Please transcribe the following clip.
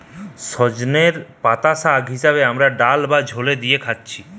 সজনের পাতা শাগ হিসাবে আমরা ডাল বা ঝোলে দিয়ে খাচ্ছি